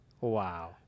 Wow